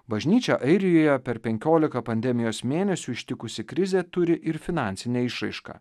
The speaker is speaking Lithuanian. bažnyčią airijoje per penkiolika pandemijos mėnesių ištikusi krizė turi ir finansinę išraišką